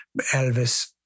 Elvis